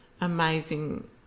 amazing